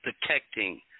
protecting